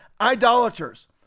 idolaters